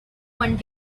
one